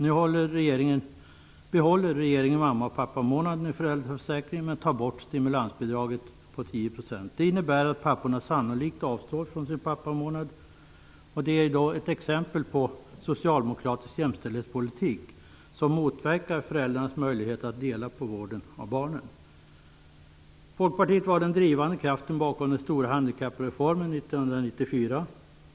Nu behåller regeringen mamma och pappamånaden i föräldraförsäkringen men tar bort stimulansbidraget på 10 %. Det innebär att papporna sannolikt avstår från sin pappamånad. Detta är ett exempel på socialdemokratisk jämställdhetspolitik som motverkar föräldrarnas möjligheter att dela på vården av barnen. Folkpartiet var den drivande kraften bakom den stora handikappreformen 1994.